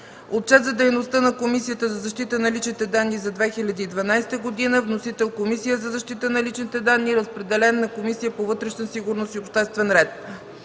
Отчет за дейността на Комисията за защита на личните данни за 2012 г. Вносител – Комисията за защита на личните данни. Разпределен е на Комисията по вътрешна сигурност и обществен ред.